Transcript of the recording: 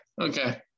Okay